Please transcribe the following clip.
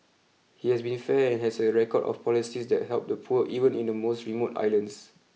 he has been fair and has a record of policies that help the poor even in the most remote islands